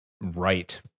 right